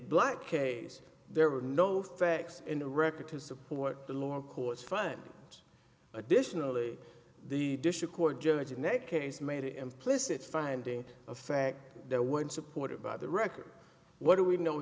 black case there were no facts in the record to support the lower court's fund additionally the district court judge next case made it implicit finding of fact that one supported by the record what do we know